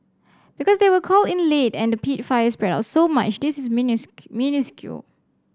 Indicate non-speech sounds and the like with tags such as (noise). because they were called in late and the peat fire spread out so much this is (unintelligible) minuscule